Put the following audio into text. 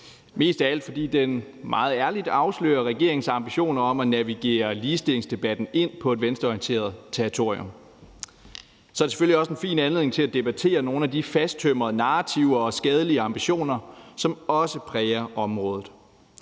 mest af alt fordi den meget ærligt afslører regeringens ambitioner om at navigere ligestillingsdebatten ind på et venstreorienteret territorium. Og så er det selvfølgelig også en fin anledning til at debattere nogle af de fasttømrede narrativer og skadelige ambitioner, som også præger området.